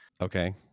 Okay